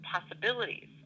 possibilities